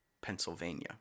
Pennsylvania